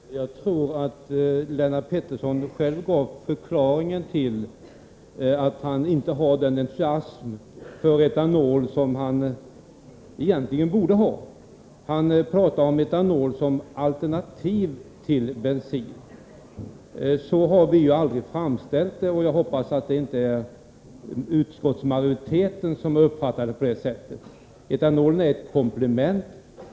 Herr talman! Jag tror att Lennart Pettersson gav förklaringen till att han inte har den entusiasm för etanol som han egentligen borde ha. Han pratar om etanol som alternativ till bensin. Så har vi aldrig framställt det, och jag hoppas att det inte är utskottsmajoriteten som uppfattar det på det sättet. Etanolen är ett komplement.